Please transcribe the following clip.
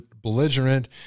belligerent